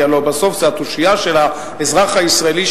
כי הלוא בסוף זו התושייה של האזרח הישראלי,